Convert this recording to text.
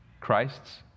Christ's